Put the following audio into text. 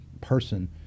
person